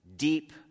deep